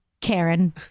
Karen